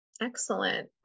Excellent